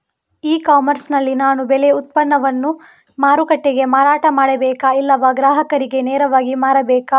E commerce ನಲ್ಲಿ ನಾನು ಬೆಳೆ ಉತ್ಪನ್ನವನ್ನು ಮಾರುಕಟ್ಟೆಗೆ ಮಾರಾಟ ಮಾಡಬೇಕಾ ಇಲ್ಲವಾ ಗ್ರಾಹಕರಿಗೆ ನೇರವಾಗಿ ಮಾರಬೇಕಾ?